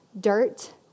dirt